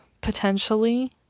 potentially